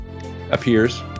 appears